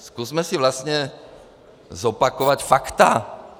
Zkusme si vlastně zopakovat fakta.